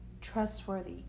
trustworthy